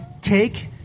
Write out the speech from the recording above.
take